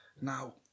Now